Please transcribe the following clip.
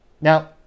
Now